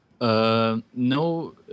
No